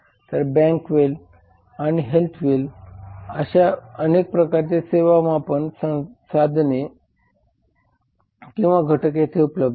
तर bank well किंवा health well अशा अनेक प्रकारचे सेवा मापन साधने किंवा घटक येथे उपलब्ध आहेत